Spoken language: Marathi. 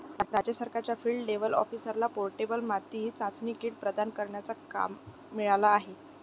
राज्य सरकारच्या फील्ड लेव्हल ऑफिसरला पोर्टेबल माती चाचणी किट प्रदान करण्याचा काम मिळाला आहे